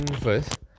first